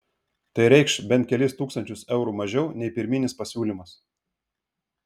tai reikš bent kelis tūkstančius eurų mažiau nei pirminis pasiūlymas